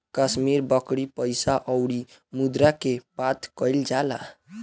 कश्मीरी बकरी पइसा अउरी मुद्रा के बात कइल जाला